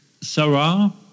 Sarah